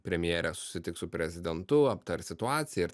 premjerė susitiks su prezidentu aptars situaciją ir